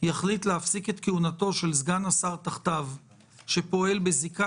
יחליט להפסיק את כהונתו של סגן השר תחתיו שפועל בזיקה